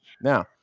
Now